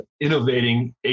innovating